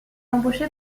embauché